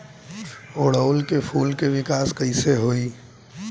ओड़ुउल के फूल के विकास कैसे होई?